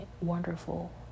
wonderful